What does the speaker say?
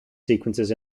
sequences